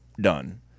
done